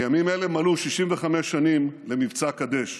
בימים אלה מלאו 65 שנים למבצע קדש.